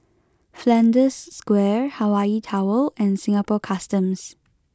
Flanders Square Hawaii Tower and Singapore Customs